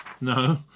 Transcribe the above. No